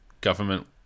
government